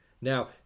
Now